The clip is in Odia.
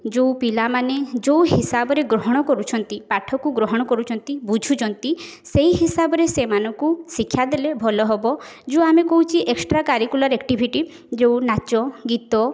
ଯେଉଁ ପିଲାମାନେ ଯେଉଁ ହିସାବରେ ଗ୍ରହଣ କରୁଛନ୍ତି ପାଠକୁ ଗ୍ରହଣ କରୁଛନ୍ତି ବୁଝୁଛନ୍ତି ସେଇ ହିସାବରେ ସେମାନଙ୍କୁ ଶିକ୍ଷା ଦେଲେ ଭଲ ହେବ ଯେଉଁ ଆମେ କହୁଚି ଏକ୍ସଟ୍ରା କରିକୁଲାର୍ ଆକ୍ଟିଭିଟି ଯେଉଁ ନାଚ ଗୀତ